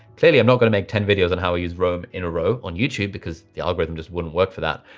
clearly, i'm not gonna make ten videos on how we i yeah roam in a row on youtube because the algorithm just wouldn't work for that.